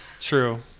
True